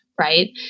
right